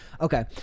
Okay